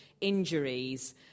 injuries